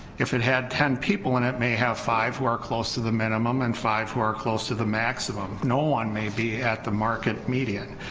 if it had ten people and it may have five who are close to the minimum and five who are close to the maximum, no one maybe at the market median,